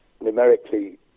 numerically